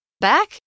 Back